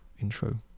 intro